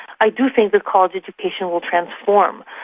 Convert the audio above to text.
i do think that college education will transform.